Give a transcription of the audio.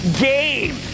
Game